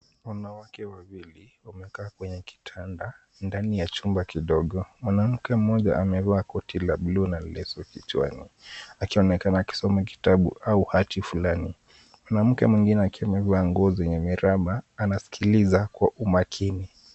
Wanawake wawili wamekaa kwenye kitanda ndani ya chumba kidogo. Mwanamke mmoja amevaa koti la bluu na leso kichwani, akionekana akisoma kitabu au hati fulani. Kuna mke mwingine akiwa amevaa nguo zenye mirama, anasikiliza kwa umakini.